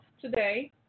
today